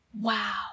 Wow